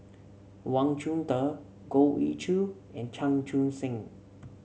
Wang Chunde Goh Ee Choo and Chan Chun Sing